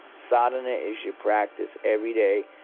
sedona is your practise every day,